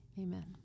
Amen